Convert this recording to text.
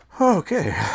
Okay